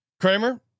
Kramer